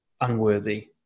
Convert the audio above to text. unworthy